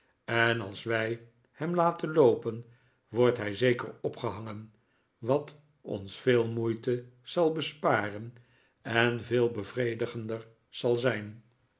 en als wij hem laten loopen wordt hij zeker opgehangen wat ons veel moeite zal besparen en veel bevredigender zal zijn